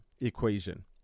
equation